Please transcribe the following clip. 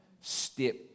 step